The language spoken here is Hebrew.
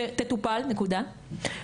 קודם כל,